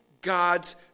God's